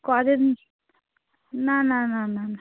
কদিন না না না না না